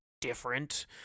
different